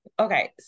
okay